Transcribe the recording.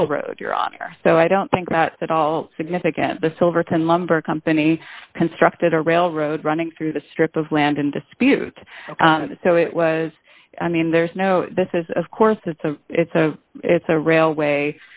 railroad your honor so i don't think that at all significant the silverton lumber company constructed a railroad running through the strip of land in dispute so it was i mean there's no this is of course it's a it's a it's a railway